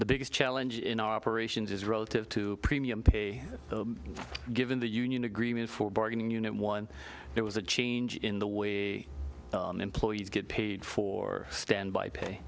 the biggest challenge in operations is relative to premium pay given the union agreement for bargaining unit one there was a change in the way employees get paid for standby pay